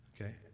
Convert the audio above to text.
okay